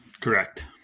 Correct